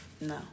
no